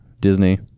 Disney